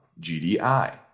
GDI